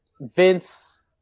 Vince